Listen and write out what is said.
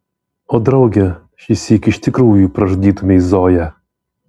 o drauge šįsyk iš tikrųjų pražudytumei zoją